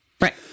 Right